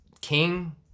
king